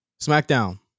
SmackDown